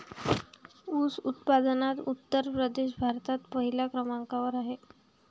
ऊस उत्पादनात उत्तर प्रदेश भारतात पहिल्या क्रमांकावर आहे